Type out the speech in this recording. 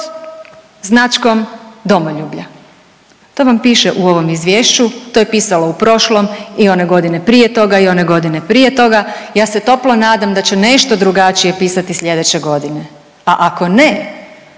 značkom domoljublja. To vam piše u ovom izvješću, to je pisalo u prošlom i one godine prije toga i one godine prije toga, ja se toplo nadam da će nešto drugačije pisati slijedeće godine, a ako ne